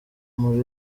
muri